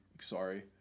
Sorry